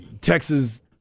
Texas